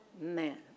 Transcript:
man